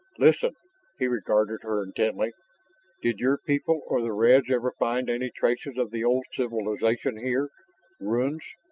listen he regarded her intently did your people or the reds ever find any traces of the old civilization here ruins?